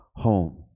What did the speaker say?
home